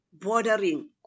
Bordering